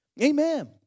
Amen